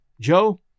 Joe